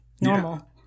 normal